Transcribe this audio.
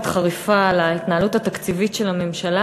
חריפה על ההתנהלות התקציבית של הממשלה